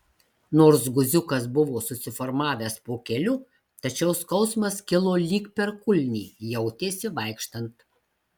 nors guziukas buvo susiformavęs po keliu tačiau skausmas kilo lyg per kulnį jautėsi vaikštant